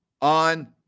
on